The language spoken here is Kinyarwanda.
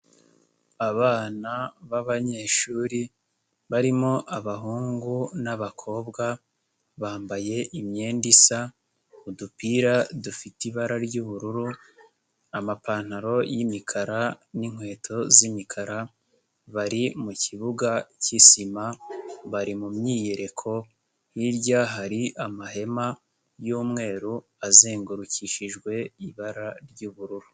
Abana b'abanyeshuri barimo abahungu n'abakobwa, bambaye imyenda isa, udupira dufite ibara ry'ubururu, amapantaro y'imikara n'inkweto z'imikara, bari mu kibuga cy'isima bari mu myiyereko, hirya hari amahema y'umweru azengurukishijwe ibara ry'ubururu.